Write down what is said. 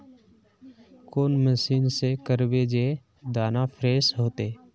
कौन मशीन से करबे जे दाना फ्रेस होते?